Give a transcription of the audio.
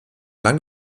lang